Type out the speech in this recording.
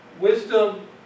wisdom